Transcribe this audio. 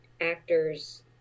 actors